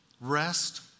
Rest